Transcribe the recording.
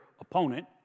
opponent